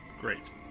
Great